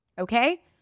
okay